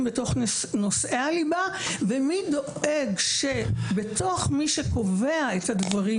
בתוך נושאי הליבה; ומי דואג שבתוך מי שקובע את הדברים